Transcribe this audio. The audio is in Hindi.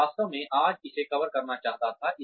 मैं वास्तव में आज इसे कवर करना चाहता था